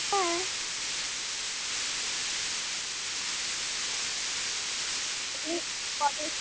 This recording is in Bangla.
হ্যাঁ ঠিক কবে